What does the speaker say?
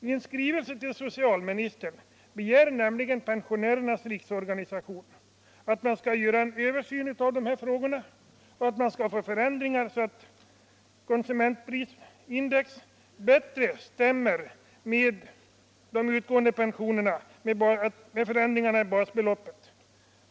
I en skrivelse till socialministern begär nämligen folkpensionärernas riksorganisation att en översyn skall göras av dessa frågor och att det skapas sådana förändringar att konsumentprisindex stämmer bättre med utgående pensioner och med förändringarna i basbeloppet.